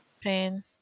Pain